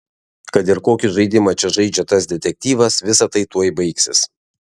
kad ir kokį žaidimą čia žaidžia tas detektyvas visa tai tuoj baigsis